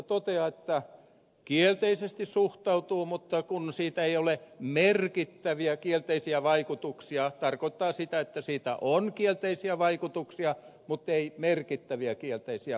toteaa että kielteisesti suhtautuu mutta siitä ei ole merkittäviä kielteisiä vaikutuksia tarkoittaa sitä että siitä on kielteisiä vaikutuksia mutta ei merkittäviä kielteisiä vaikutuksia